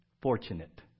fortunate